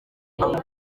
aho